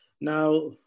Now